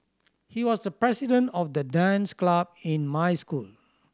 he was the president of the dance club in my school